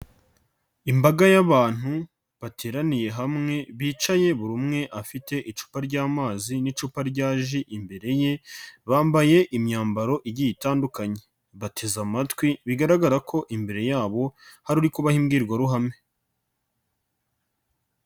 Imbaga y'abantu bateraniye hamwe bicaye buri umwe afite icupa ry'amazi n'icupa rya ji imbere ye, bambaye imyambaro igiye itandukanye, bateze amatwi, bigaragara ko imbere yabo hari uri kubaha imbwirwaruhame.